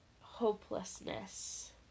hopelessness